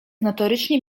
notorycznie